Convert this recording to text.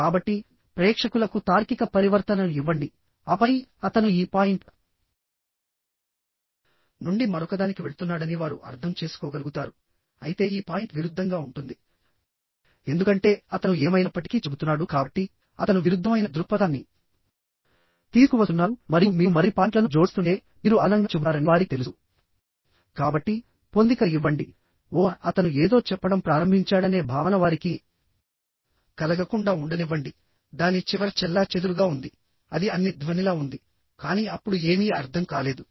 కాబట్టి ప్రేక్షకులకు తార్కిక పరివర్తనను ఇవ్వండి ఆపై అతను ఈ పాయింట్ నుండి మరొకదానికి వెళ్తున్నాడని వారు అర్థం చేసుకోగలుగుతారు అయితే ఈ పాయింట్ విరుద్ధంగా ఉంటుంది ఎందుకంటే అతను ఏమైనప్పటికీ చెబుతున్నాడు కాబట్టి అతను విరుద్ధమైన దృక్పథాన్ని తీసుకువస్తున్నారు మరియు మీరు మరిన్ని పాయింట్లను జోడిస్తుంటే మీరు అదనంగా చెబుతారని వారికి తెలుసు కాబట్టి పొందిక ఇవ్వండి ఓహ్ అతను ఏదో చెప్పడం ప్రారంభించాడనే భావన వారికి కలగకుండా ఉండనివ్వండి దాని చివర చెల్లాచెదురుగా ఉంది అది అన్ని ధ్వనిలా ఉంది కానీ అప్పుడు ఏమీ అర్థం కాలేదు